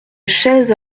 chaise